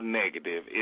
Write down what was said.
negative